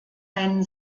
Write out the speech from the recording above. einen